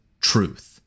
truth